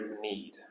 need